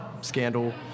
scandal